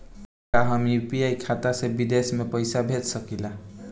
का हम यू.पी.आई खाता से विदेश म पईसा भेज सकिला?